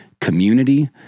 community